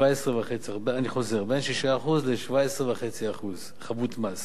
אני חוזר, בין 6% ל-17.5% חבות מס